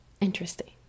interesting